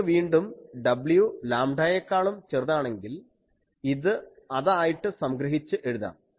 നിങ്ങൾക്ക് വീണ്ടും w ലാംഡായെക്കാളും ചെറുതാണെങ്കിൽ ഇത് അത് ആയിട്ട് സംഗ്രഹിച്ച് എഴുതാം